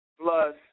plus